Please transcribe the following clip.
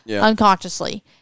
unconsciously